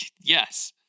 Yes